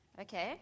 okay